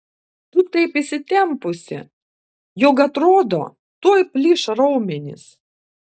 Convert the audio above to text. tu taip įsitempusi jog atrodo tuoj plyš raumenys